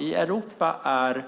I Europa är